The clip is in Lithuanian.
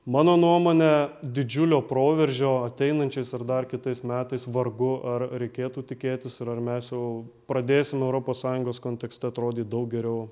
mano nuomone didžiulio proveržio ateinančiais ar dar kitais metais vargu ar reikėtų tikėtis ir ar mes jau pradėsim europos sąjungos kontekste atrodyt daug geriau